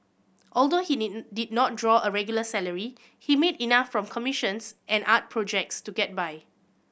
although he did did not draw a regular salary he made enough from commissions and art projects to get by